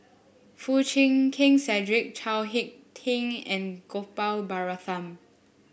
Foo Chee Keng Cedric Chao HicK Tin and Gopal Baratham